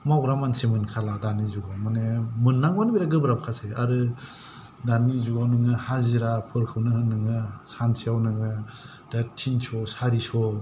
मावग्रा मानसि मोनखाला दानि जुगाव माने मोननांगौआनो बिराद गोब्राबखासै आरो दानि जुगाव नोङो हाजिराफोरखौनो होन नोङो सानसेयाव नोङो दा थिनस' सारिस'